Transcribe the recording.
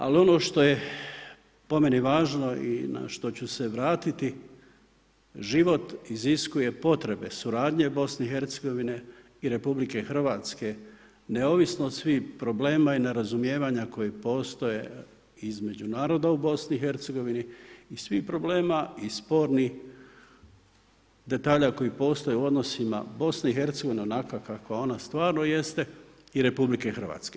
Ali ono što je po meni važno i na što ću se vratiti, život iziskuje potrebe suradnje Bih i RH, neovisno od svih problema i nerazumijevanja koje postoje između naroda u BiH i svih problema i spornih detalja koji postoje u odnosima BiH onakva kakva ona stvarno jeste i RH.